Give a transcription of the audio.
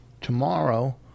Tomorrow